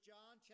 John